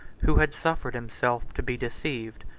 who had suffered himself to be deceived,